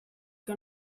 que